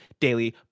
daily